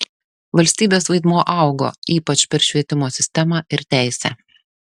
valstybės vaidmuo augo ypač per švietimo sistemą ir teisę